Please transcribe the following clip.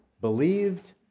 believed